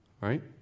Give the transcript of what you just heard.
right